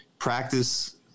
Practice